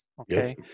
Okay